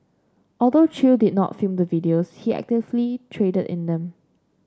although Chew did not film the videos he actively traded in them